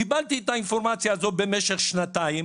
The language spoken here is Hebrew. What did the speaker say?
קבלתי את האינפורמציה במשך שנתיים,